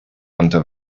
hunter